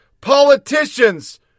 politicians